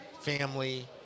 family